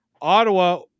Ottawa